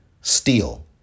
steal